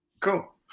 Cool